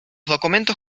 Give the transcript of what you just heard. documentos